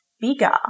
bigger